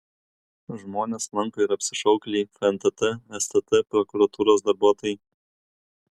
žmones lanko ir apsišaukėliai fntt stt prokuratūros darbuotojai